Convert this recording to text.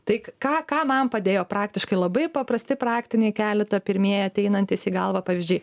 tai ką ką man padėjo praktiškai labai paprasti praktiniai keleta pirmieji ateinantys į galvą pavyzdžiai